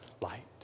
light